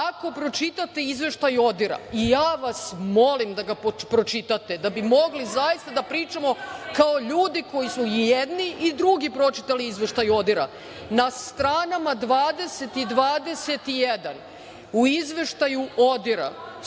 ako pročitate Izveštaj ODIR-a ja vas molim da ga pročitate, da bi mogli zaista da pričamo kao ljudi koji su i jedni i drugi pročitali Izveštaj ODIR-a, na stranama 20 i 21. u Izveštaju ODIR-a